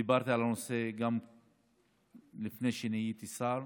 דיברתי על הנושא גם לפני שהייתי שר.